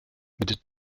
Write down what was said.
mit